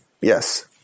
Yes